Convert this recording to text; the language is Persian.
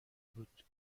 بود